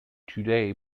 today